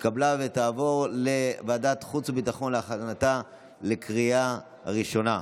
התקבלה ותעברו לוועדת החוץ והביטחון לקראת הכנתה לקריאה הראשונה.